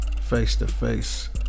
face-to-face